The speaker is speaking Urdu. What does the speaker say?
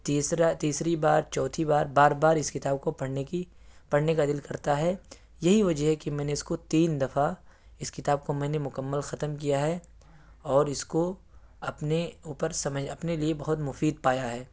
تیسرا تیسری بار چوتھی بار بار بار اس کتاب کو پڑھنے کی پڑھنے کا دل کرتا ہے یہی وجہ ہے کہ میں نے اس کو تین دفعہ اس کتاب کو میں نے مکمل ختم کیا ہے اور اس کو اپنے اوپر سمجھ اپنے لیے بہت مفید پایا ہے